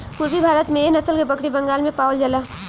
पूरबी भारत में एह नसल के बकरी बंगाल में पावल जाला